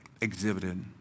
exhibited